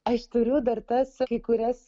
aš turiu dar tas kai kurias